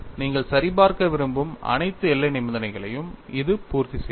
நீங்கள் சரிபார்க்க விரும்பும் அனைத்து எல்லை நிபந்தனைகளையும் இது பூர்த்தி செய்கிறது